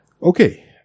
Okay